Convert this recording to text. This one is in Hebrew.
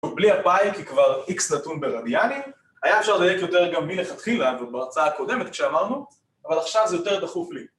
בלי הפאי כי כבר איקס נתון ברדיאנים, היה אפשר לדייק יותר גם מלכתחילה, ובהרצאה הקודמת כשאמרנו, אבל עכשיו זה יותר דחוף לי